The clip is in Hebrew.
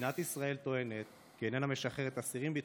שמדינת ישראל טוענת כי איננה משחררת אסירים ביטחוניים,